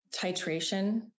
titration